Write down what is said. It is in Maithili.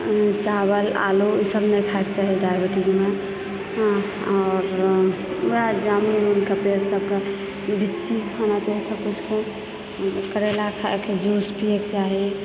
चावल आलू ई सब नहि खाएके चाही डायबिटीजमे आओर ओएह जामुन आमुन सबके पेड़के बिच्ची खाना चाही थकुचिके करैलाके जूस पिएके चाही